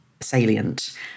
salient